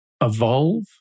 evolve